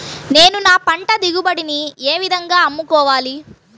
నేను నా పంట దిగుబడిని ఏ విధంగా అమ్ముకోవాలి?